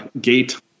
gate